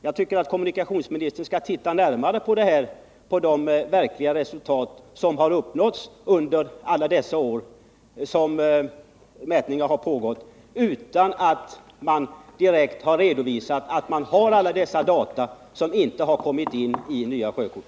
Jag tycker att kommunikationsministern skall titta närmare på de resultat som har uppnåtts under alla de år mätningar har pågått utan att man åtgärdat alla dessa data och som inte kommit in i nya sjökort.